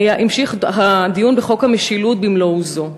המשיך הדיון בחוק המשילות במלוא עוזו.